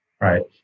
right